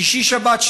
בשישי-שבת,